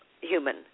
human